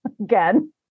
again